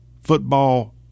football